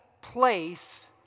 place